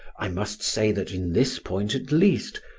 i must say that, in this point at least,